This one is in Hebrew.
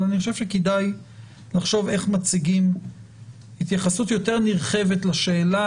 אבל אני חושב שכדאי לחשוב איך מציגים התייחסות יותר נרחבת לשאלה